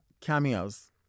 Cameos